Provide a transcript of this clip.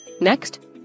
Next